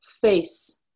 face